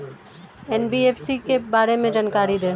NBFC के बारे में जानकारी दें?